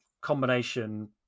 combination